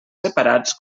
separats